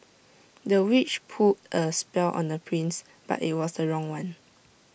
the witch put A spell on the prince but IT was the wrong one